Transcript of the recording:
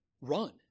run